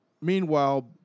Meanwhile